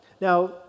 Now